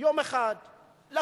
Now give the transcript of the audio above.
יום אחד לקום,